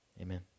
Amen